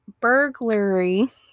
burglary